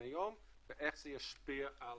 היום ואיך זה ישפיע על